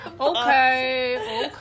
Okay